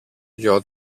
γιο